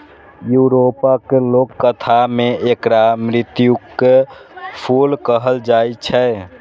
यूरोपक लोककथा मे एकरा मृत्युक फूल कहल जाए छै